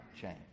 change